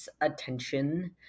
attention